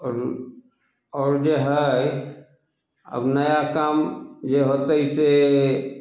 आओर आओर जे हइ अब नया काम जे होतय से